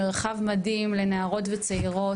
מרחב מדהים לנערות וצעירות,